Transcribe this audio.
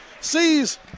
sees